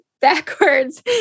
backwards